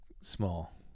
small